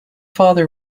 father